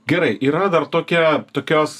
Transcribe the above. gerai yra dar tokia tokios